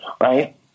Right